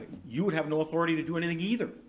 you would have no authority to do anything either.